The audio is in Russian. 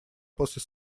после